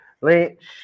Lynch